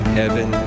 heaven